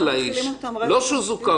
ולא משנים אותן אלא משאירים אותן.